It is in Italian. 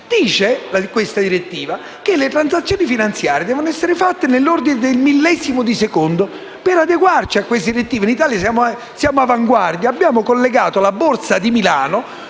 e dice che le transazioni finanziarie devono essere fatte nell'ordine del millesimo di secondo. Per adeguarci a tale direttiva - in Italia siamo all'avanguardia - abbiamo collegato la Borsa di Milano